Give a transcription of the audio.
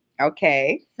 Okay